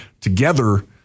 together